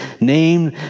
named